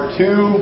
two